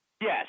Yes